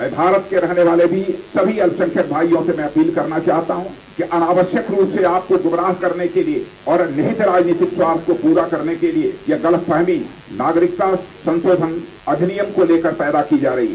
मैं भारत के रहने वाले सभी अल्पसंख्यक भाईयों से अपील करना चाहता हूं कि अनावश्यक रूप से आपको गुमराह करने के लिए और निहीत राजनीतिक स्वार्थ को पूरा करने के लिए यह गलत फहमी नागरिकता संशोधन अधिनियम को लेकर के पैदा की जा रही है